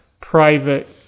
private